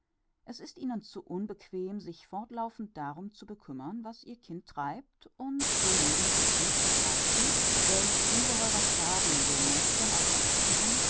es ist ihnen zu unbequem sich fortlaufend darum zu bekümmern was ihr kind treibt und so mögen sie es nicht begreifen welch ungeheuerer schaden dem mädchen aus der hastigen